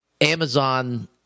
Amazon